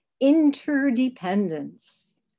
interdependence